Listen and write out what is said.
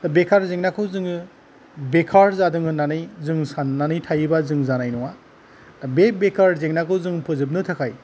बेकार जेंनाखौ जोङो बेकार जादों होननानै जोङो साननानै थायोबा जों जानाय नङा दा बे बेकार जेंनाखौ जों फोजोबनो थाखाय